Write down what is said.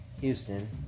Houston